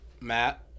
Matt